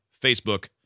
facebook